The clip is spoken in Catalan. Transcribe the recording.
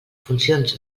funcions